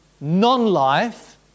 non-life